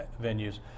venues